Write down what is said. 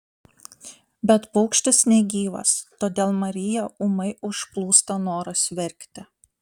bet paukštis negyvas todėl mariją ūmai užplūsta noras verkti